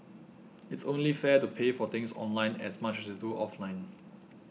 it's only fair to pay for things online as much as you do offline